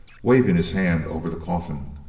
waving his hands over the coffin,